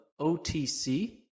OTC